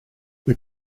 the